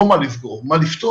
לא מה נסגור - מה לפתוח.